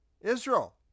Israel